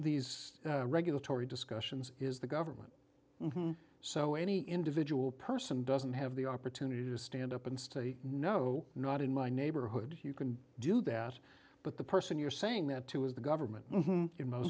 these regulatory discussions is the government so any individual person doesn't have the opportunity to stand up and state no not in my neighborhood you can do that but the person you're saying that to is the government in most